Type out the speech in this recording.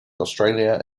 australia